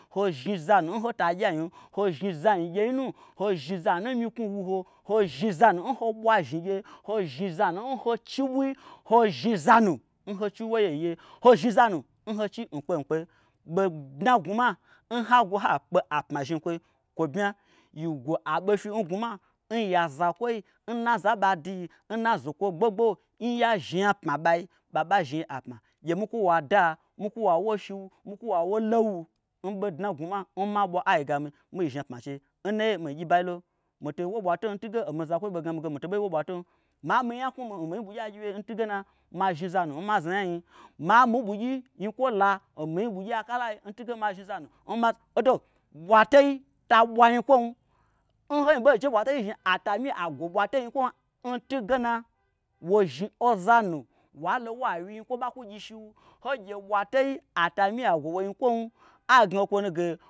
Ho zhni zanu n hota gyianyim. ho zhni za nyigyeinu. ho zhni zanu n myi knwu wu ho. ho zhni zanu n ho bwa azhnigye. ho zhni zanu n ho chiɓui. ho zhni zanu n ho chi woyeiye. ho zhni zanu n ho chi mkpemkpe. Bo dna n gnwuma n ha gwo ha kpe apma zhni n kwoi kwo bmya. yi gwo aɓofyi n gnwuma n ya zakwoi. n na aza n ɓa duyi n na azokwo gbogbo n ya zhni apma n ɓai ɓaɓa zhni yi apma; gye mikwu wo ada. gye mikwu woawo shiu. mikwu woawo lou n ɓodna n gnwuma n ma ɓwa ai gami mii zhni apma n chei n naiye mii n gyibai lo mito wo ɓwatom ntunge omi zakwoi ɓei gnami ge mi to ɓei wo ɓwatom. Ma mihni nya knwumi n mihni ɓugyii agyiwyei n tunge na ma zhni zanu n ma zna nyanyi, ma mi-i ɓugyi nyikwola n mi-i akalai n tunge na mazhni zanu n ma- odo ɓwatei ta ɓwa nyikwom n hoi ɓei je ɓwatei nuzhni ata mi a gwo ɓwatei nyikwom n tunge na wo zhni ozanu walo wa wyi nyikwo ɓa kwugyi shiu ho gye ɓwa tei atami agwo wo nyikwom ai gna ho kwonu ge